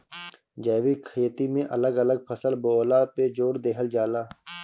जैविक खेती में अलग अलग फसल बोअला पे जोर देहल जाला